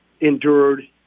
endured